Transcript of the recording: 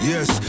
Yes